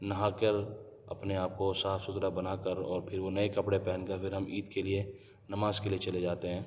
نہا کر اپنے آپ کو صاف ستھرا بنا کر اور پھر وہ نئے کپڑے پہن کر پھر ہم عید کے لئے نماز کے لئے چلے جاتے ہیں